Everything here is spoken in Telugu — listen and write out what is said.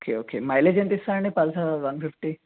ఓకే ఓకే మైలేజ్ ఎంత ఇస్తుంది అండి పల్సర్ వన్ ఫిఫ్టీ